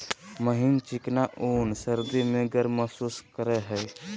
महीन चिकना ऊन सर्दी में गर्म महसूस करेय हइ